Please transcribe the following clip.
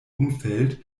umfeld